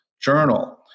journal